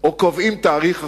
או קובעים תאריך אחר,